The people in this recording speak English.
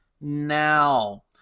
now